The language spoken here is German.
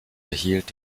erhielt